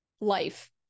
life